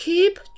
Keep